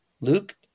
Luke